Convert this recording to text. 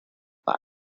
close